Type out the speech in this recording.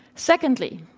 secondly,